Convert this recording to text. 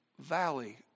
valley